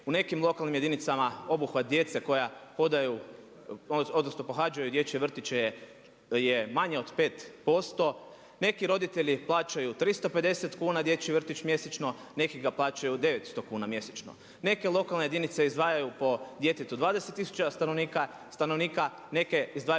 u nekim lokalnim jedinicama obuhvat djece koja pohađaju dječje vrtiće je manje od 5%, neki roditelji plaćaju 350 kuna dječji vrtić mjesečno, neki ga plaćaju 900 kuna mjesečno. Neke lokalne jedinice izdvajaju po djetetu 20 tisuća stanovnika, neke izdvajaju